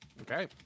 Okay